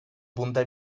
bunda